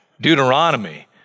Deuteronomy